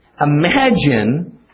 imagine